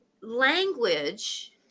Language